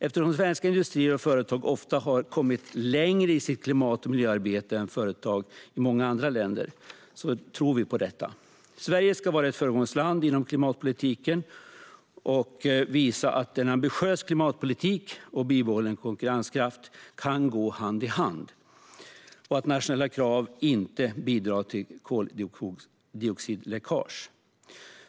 Eftersom svenska industrier och företag ofta har kommit längre i sitt klimat och miljöarbete än företag i många andra länder tror vi på detta. Sverige ska vara ett föregångsland inom klimatpolitiken och visa att en ambitiös klimatpolitik och bibehållen konkurrenskraft kan gå hand i hand och att nationella krav inte bidrar till koldioxidläckage.